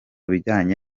bijyanye